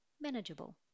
manageable